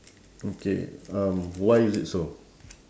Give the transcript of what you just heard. okay um why is that so